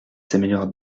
s’améliorent